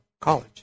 college